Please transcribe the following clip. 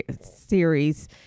series